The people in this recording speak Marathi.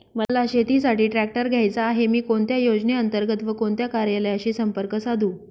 मला शेतीसाठी ट्रॅक्टर घ्यायचा आहे, मी कोणत्या योजने अंतर्गत व कोणत्या कार्यालयाशी संपर्क साधू?